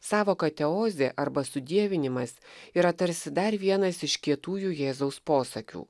sąvoka teozdė arba sudievinimas yra tarsi dar vienas iš kietųjų jėzaus posakių